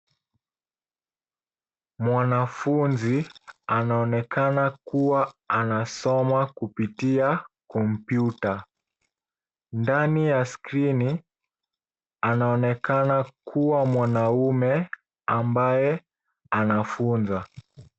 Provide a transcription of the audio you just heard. Mwanafunzi anaonekana kuwa anasoma kupitia kompyuta. Ndani ya skrini anaonekana kuwa ni mwanaume ambaye anafunza.